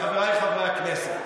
חבריי חברי הכנסת,